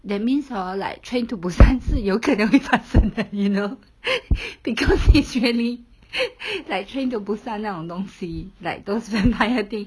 that means hor like train to busan 是有可能会发生的 you know because it's really like train to busan 那种东西 like those vampire thing